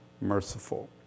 merciful